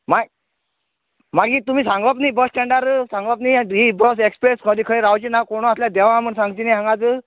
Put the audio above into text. माय मागीर तुमी सांगप न्ही बस स्टेंडार सांगप न्ही ही बस एक्स्प्रेस खंय रावची ना कोण आसा ते देवा म्हण सांगाचेनी हांगाच